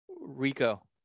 Rico